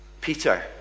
Peter